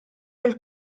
mill